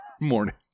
morning